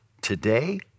today